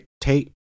Tate